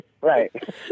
right